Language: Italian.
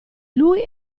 lui